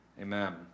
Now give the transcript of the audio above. Amen